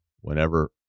whenever